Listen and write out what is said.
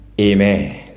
Amen